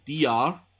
DR